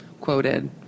quoted